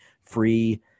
free